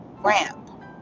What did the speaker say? ramp